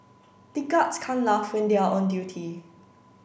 the guards can't laugh when they are on duty